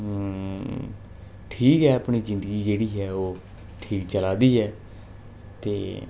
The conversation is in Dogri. ठीक ऐ अपनी जिंदगी जेह्ड़ी ऐ ओह् ठीक चलै दी ऐ ते